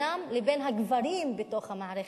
לגברים בתוך המערכת.